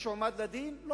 מישהו הועמד לדין?